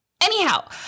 Anyhow